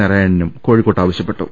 നാരായണനും കോഴി ക്കോട്ട് ആവശ്യപ്പെട്ടു